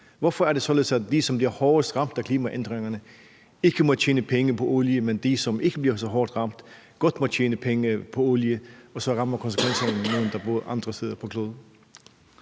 Hvorfor er det således, at vi, som bliver hårdest ramt af klimaændringerne, ikke må tjene penge på olie, mens de, som ikke bliver så hårdt ramt, godt må tjene penge på olie, og så rammer konsekvenserne nogen, der bor andre steder på kloden?